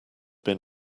been